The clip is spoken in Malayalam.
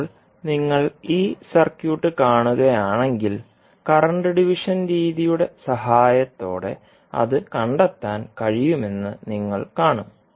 ഇപ്പോൾ നിങ്ങൾ ഈ സർക്യൂട്ട് കാണുകയാണെങ്കിൽ കറന്റ് ഡിവിഷൻ രീതിയുടെ സഹായത്തോടെ അത് കണ്ടെത്താൻ കഴിയുമെന്ന് നിങ്ങൾ കാണും